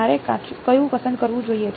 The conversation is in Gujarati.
મારે કયું પસંદ કરવું જોઈએ